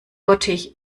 bottich